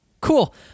Cool